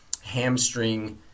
hamstring